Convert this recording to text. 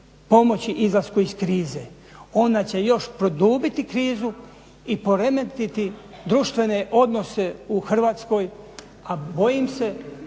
pomoći izlasku iz krize. Ona će još produbiti krizu i poremetiti društvene odnose u Hrvatskoj a bojim se